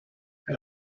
herr